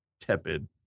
tepid